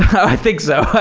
i think so.